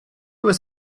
was